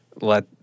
let